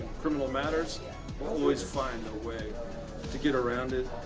criminal matters always find a way to get around it.